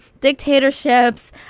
dictatorships